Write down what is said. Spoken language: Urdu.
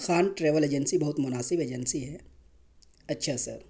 خان ٹراویل ایجنسی بہت مناسب ایجنسی ہے اچھا سر